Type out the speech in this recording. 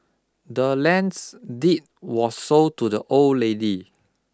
the land's deed was sold to the old lady